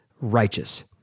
righteous